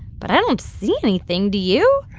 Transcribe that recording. but i don't see anything. do you?